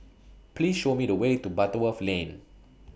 Please Show Me The Way to Butterworth Lane